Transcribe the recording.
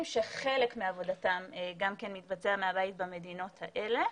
שחלק מעבודתם מתבצע מהבית במדינות האלה.